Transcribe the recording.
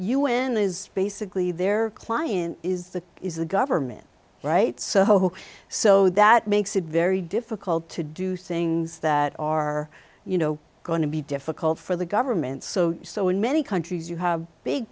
n is basically their client is the is the government right so who so that makes it very difficult to do things that are you know going to be difficult for the government so so in many countries you have big